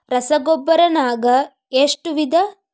ರಸಗೊಬ್ಬರ ನಾಗ್ ಎಷ್ಟು ವಿಧ?